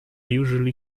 usually